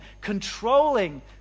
controlling